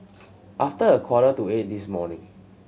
after a quarter to eight this morning